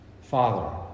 Father